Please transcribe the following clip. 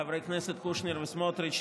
חברי הכנסת קושניר וסמוטריץ',